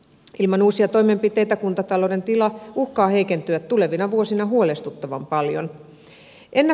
ilman uusia toimenpiteitä kuntatalouden tila uhkaa heikentyä tulevina vuosina huolestuttavan paljon